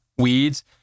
weeds